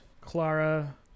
Clara